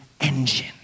engine